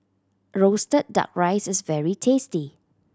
roasted Duck Rice is very tasty